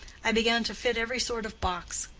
i began to fit every sort of box.